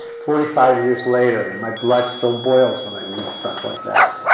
forty five years later, and and my blood still boils when i read stuff like that